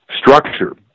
structure